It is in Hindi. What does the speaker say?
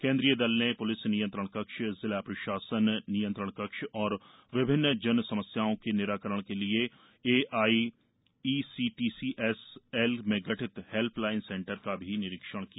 केन्द्रीय दल ने प्लिस नियंत्रण कक्ष जिला प्रशासन नियंत्रण कक्ष और विभिन्न जनसमस्याओं के निराकरण के लिये एआईसीटीएसएल में गठित हेल्पलाइन सेंटर का भी निरीक्षण किया